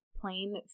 plain